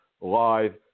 live